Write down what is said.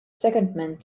secondment